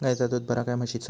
गायचा दूध बरा काय म्हशीचा?